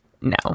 no